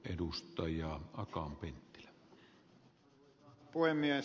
arvoisa herra puhemies